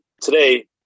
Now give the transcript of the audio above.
Today